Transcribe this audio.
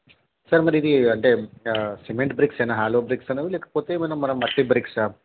sir మరి ఇది అంటే సిమెంట్ బ్రిక్సేనా హలో బ్రిక్స్ అనేవి లేకపోతే ఏమన్న మన మట్టి బ్రిక్సా